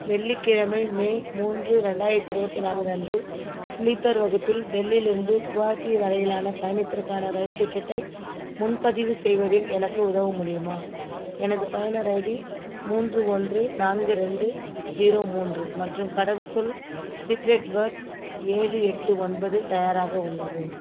வெள்ளிக்கிழமை மே மூன்று ரெண்டாயிரத்து இருபத்தி நான்கு அன்று ஸ்லீப்பர் வகுப்பில் டெல்லியில் இருந்து கவஹாத்தி வரையிலான பயணத்திற்கான ரயில் டிக்கெட்டை முன்பதிவு செய்வதில் எனக்கு உதவ முடியுமா எனது பயனர் ஐடி மூன்று ஒன்று நான்கு ரெண்டு ஜீரோ மூன்று மற்றும் கடவுச் சொல் சீக்ரெட் வேர்ட் ஏழு எட்டு ஒன்பது தயாராக உள்ளது